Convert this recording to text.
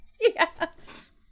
Yes